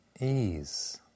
ease